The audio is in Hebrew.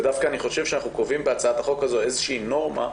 ודווקא אני חושב שאנחנו קובעים בהצעת החוק הזו איזושהי נורמה,